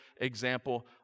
example